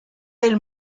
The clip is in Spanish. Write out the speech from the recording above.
del